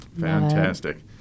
Fantastic